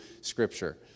Scripture